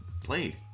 played